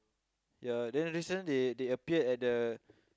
ya then this time they they appeared at the